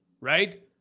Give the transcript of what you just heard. right